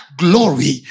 glory